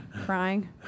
crying